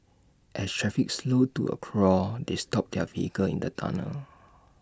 as traffic slowed to A crawl they stopped their vehicle in the tunnel